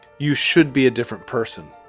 you should be a different person.